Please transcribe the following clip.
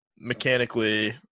mechanically